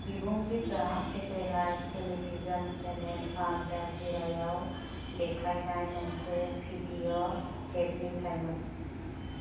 बिबुंथिफ्रा satellite television channel आल जाजिरायाव देखायनाय मोनसे भिडिअ टेपनिफ्रायमोन